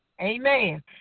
Amen